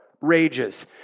rages